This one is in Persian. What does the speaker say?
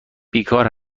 بیکار